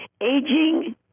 aging